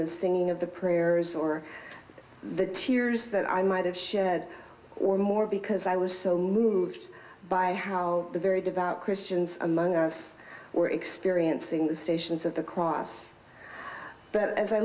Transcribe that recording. the singing of the prayers or the tears that i might have shed or more because i was so moved by how the very devout christians among us were experiencing the stations of the cross but as i